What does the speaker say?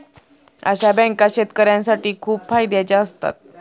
अशा बँका शेतकऱ्यांसाठी खूप फायद्याच्या असतात